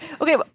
Okay